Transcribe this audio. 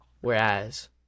whereas